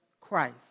Christ